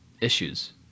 issues